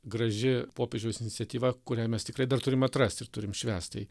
graži popiežiaus iniciatyva kurią mes tikrai dar turim atrasti ir turim švęsti